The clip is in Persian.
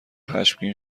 خشمگین